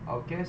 I'll guess